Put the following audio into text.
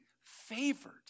favored